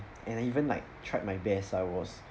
and even like tried my best I was